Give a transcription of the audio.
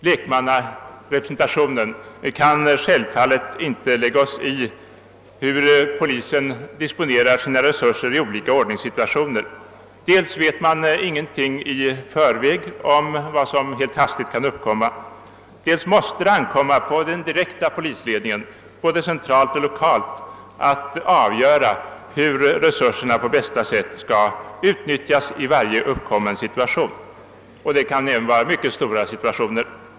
Lekmannarepresentanterna kan självfallet inte lägga sig i hur polisen disponerar sina resurser i olika situationer. Dels vet man ingenting i förväg om de situationer som helt hastigt kan uppkomma, dels måste det ankomma på polisledningen centralt och lokalt att avgöra hur resurserna skall utnyttjas på bästa sätt i varje uppkommen situation. Det kan ju ibland bli fråga om mycket stora ingripanden.